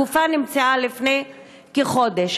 הגופה נמצאה לפני כחודש.